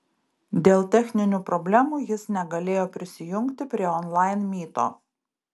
dėl techninių problemų jis negalėjo prisijungti prie onlain myto